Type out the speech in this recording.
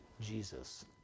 Jesus